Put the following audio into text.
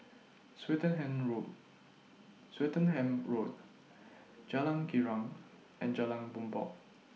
Swettenham Road Swettenham Road Jalan Girang and Jalan Bumbong